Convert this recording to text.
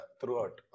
throughout